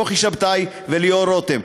כוכי שבתאי וליאור רותם.